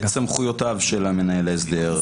את סמכויותיו של מנהל ההסדר.